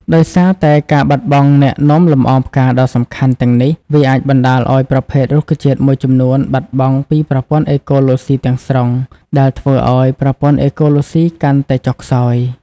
ដោយសារតែការបាត់បង់អ្នកនាំលំអងផ្កាដ៏សំខាន់ទាំងនេះ វាអាចបណ្តាលឲ្យប្រភេទរុក្ខជាតិមួយចំនួនបាត់បង់ពីប្រព័ន្ធអេកូឡូស៊ីទាំងស្រុង ដែលធ្វើឲ្យប្រព័ន្ធអេកូឡូស៊ីកាន់តែចុះខ្សោយ។